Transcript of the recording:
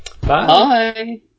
Bye